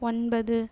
ஒன்பது